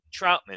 Troutman